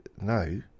No